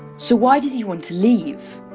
so why does he want to leave?